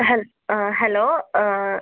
hello ആ hello